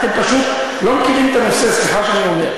אתם פשוט לא מכירים את הנושא, סליחה שאני אומר.